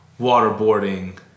waterboarding